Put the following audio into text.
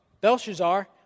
Belshazzar